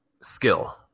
skill